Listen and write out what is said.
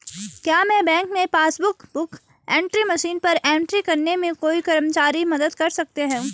क्या बैंक में passbook book entry machine पर एंट्री करने में कोई कर्मचारी मदद कर सकते हैं?